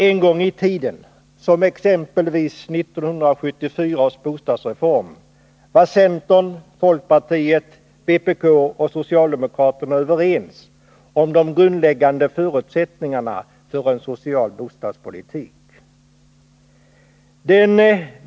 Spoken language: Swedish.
En gång i tiden — exempelvis vid 1974 års bostadsreform — var centern, folkpartiet, vpk och socialdemokraterna överens om de grundläggande förutsättningarna för en social bostadspolitik.